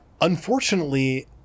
Unfortunately